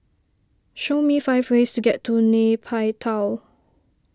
show me five ways to get to Nay Pyi Taw